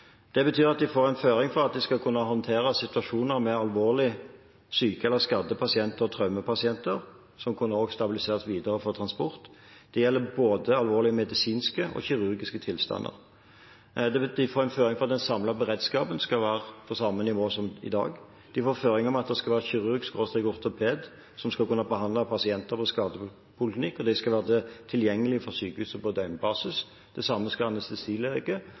Det betyr at de får en føring for at de skal kunne håndtere situasjoner med alvorlig syke eller skadde pasienter og traumepasienter som kan stabiliseres videre for transport. Det gjelder både alvorlige medisinske og kirurgiske tilstander. De får en føring for at den samlede beredskapen skal være på samme nivå som i dag, og de får føringer for at det skal være en kirurg/ortoped som skal kunne behandle pasienter og skadde ved poliklinikk, og de skal være tilgjengelig for sykehuset på døgnbasis. Det samme skal